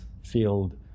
field